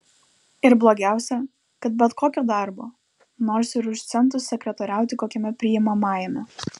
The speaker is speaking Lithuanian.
ir blogiausia kad bet kokio darbo nors ir už centus sekretoriauti kokiame priimamajame